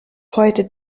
heute